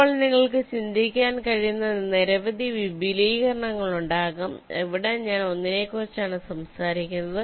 ഇപ്പോൾ നിങ്ങൾക്ക് ചിന്തിക്കാൻ കഴിയുന്ന നിരവധി വിപുലീകരണങ്ങളുണ്ടാകാം ഇവിടെ ഞാൻ ഒന്നിനെക്കുറിച്ചാണ് സംസാരിക്കുന്നത്